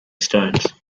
stones